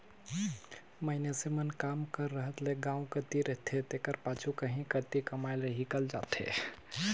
मइनसे मन काम कर रहत ले गाँव कती रहथें तेकर पाछू कहों कती कमाए लें हिंकेल जाथें